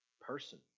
person